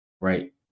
right